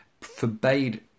forbade